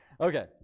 Okay